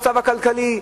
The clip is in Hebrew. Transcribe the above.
המצב הכלכלי,